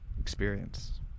experience